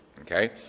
okay